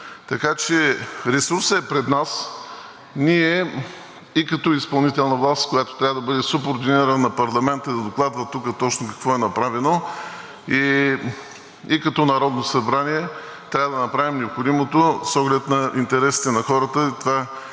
така че ресурсът е пред нас. Ние и като изпълнителна власт, която трябва да бъде субординирана на парламента и да докладва тук точно какво е направено, и като Народно събрание трябва да направим необходимото с оглед на интересите на хората. Това е